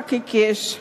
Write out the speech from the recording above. מאבק עיקש,